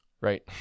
right